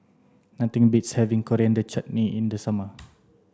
nothing beats having Coriander Chutney in the summer